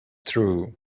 true